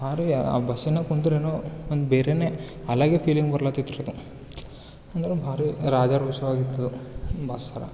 ಹಾಂ ರೀ ಬಸ್ಸಿನಾಗೆ ಕುಂತ್ರೇನು ಒಂದು ಬೇರೇನೆ ಅಲಗೆ ಫೀಲಿಂಗ್ ಬರ್ಲಾ ಹತ್ತಿತ್ ರೀ ಅಂದ್ರೆ ಭಾರಿ ರಾಜಾರೋಷವಾಗಿ ಇತ್ತದು ಬಸ್ಸೆಲಾ